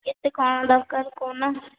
କେତେ କ'ଣ ଦରକାର କହୁନ